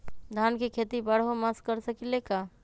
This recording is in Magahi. धान के खेती बारहों मास कर सकीले का?